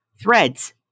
Threads